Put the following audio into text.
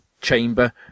chamber